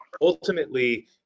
ultimately